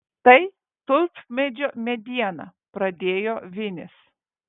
tai tulpmedžio mediena pradėjo vinis